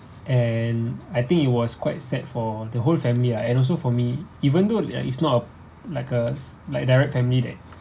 and I think it was quite sad for the whole family ah and also for me even though there is not a like s~ like direct family that